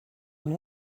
nom